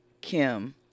Kim